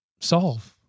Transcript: solve